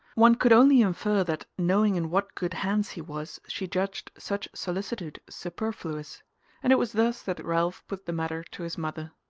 one could only infer that, knowing in what good hands he was, she judged such solicitude superfluous and it was thus that ralph put the matter to his mother.